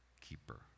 keeper